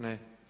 Ne.